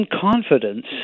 confidence